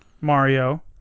Mario